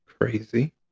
crazy